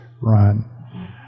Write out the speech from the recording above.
run